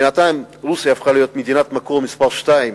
בינתיים רוסיה הפכה להיות מספר שתיים